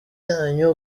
yanyu